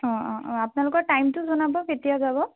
অ' অ' অ' আপোনালোকৰ টাইমটো জনাব কেতিয়া যাব